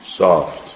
soft